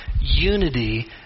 Unity